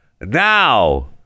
now